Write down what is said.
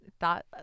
thought